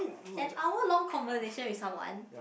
an hour long conversation with someone